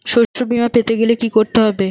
শষ্যবীমা পেতে গেলে কি করতে হবে?